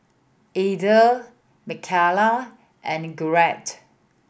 Edythe Mckayla and Garrett